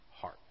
heart